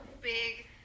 Big